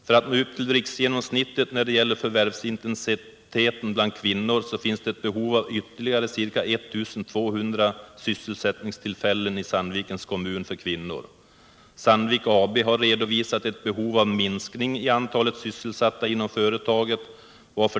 För att nå upp till riksgenomsnittet när det gäller förvärvsintensiteten bland kvinnor finns det i Sandvikens kommun behov av ytterligare ca 1 200 sysselsättningstillfällen för kvinnor. Sandvik AB har redovisat ett behov av att minska antalet sysselsatta inom företaget.